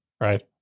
Right